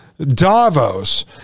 Davos